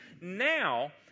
Now